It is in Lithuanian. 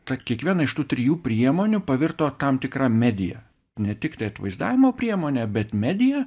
kad kiekviena iš tų trijų priemonių pavirto tam tikra medija ne tiktai atvaizdavimo priemone bet medija